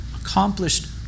accomplished